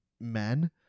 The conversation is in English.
men